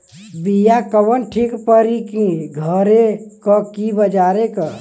बिया कवन ठीक परी घरे क की बजारे क?